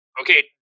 Okay